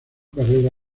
carrera